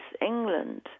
England